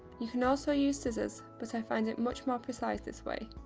you can also use scissors, but i find it much more precise this way.